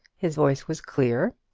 his voice was clear,